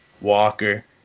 Walker –